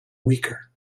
weaker